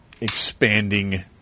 expanding